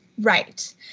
right